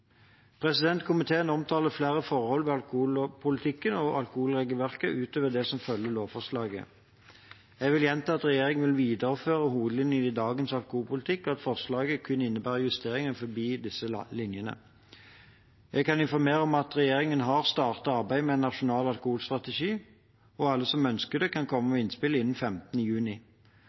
Komiteen omtaler flere forhold ved alkoholpolitikken og alkoholregelverket, utover det som følger av lovforslaget. Jeg vil gjenta at regjeringen vil videreføre hovedlinjene i dagens alkoholpolitikk, og at forslaget kun innebærer justeringer innenfor disse linjene. Jeg kan informere om at regjeringen har startet arbeidet med en nasjonal alkoholstrategi, og alle som ønsker det, kan komme med innspill innen 15. juni.